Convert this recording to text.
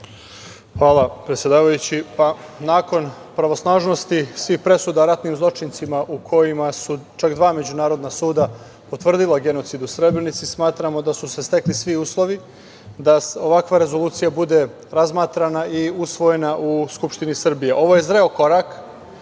Hvala predsedavajući. Nakon pravosnažnosti svih presuda ratnim zločincima u kojima su čak dva međunarodna suda potvrdila genocid u Srebrenici, smatramo da su se stekli svi uslovi da ovakva rezolucija bude razmatrana i usvojena u Skupštini Srbije. Ovo je zreo korak